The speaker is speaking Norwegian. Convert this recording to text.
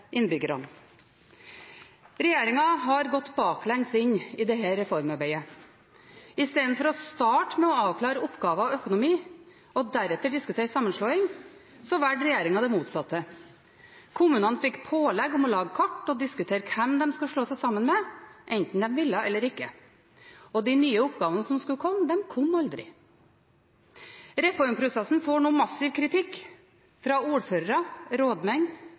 innbyggerne. Regjeringen har gått baklengs inn i dette reformarbeidet. Istedenfor å starte med å avklare oppgaver og økonomi og deretter diskutere sammenslåing valgte regjeringen det motsatte. Kommunene fikk pålegg om å lage kart og diskutere hvem de skal slå seg sammen med, enten de ville eller ikke. De nye oppgavene som skulle komme, de kom aldri. Reformprosessen får nå massiv kritikk fra ordførere, rådmenn,